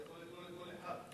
זה יכול לקרות לכל אחד.